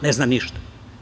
Ne zna ništa.